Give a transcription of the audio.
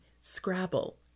Scrabble